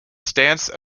stance